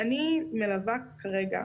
אני מלווה כרגע